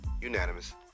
unanimous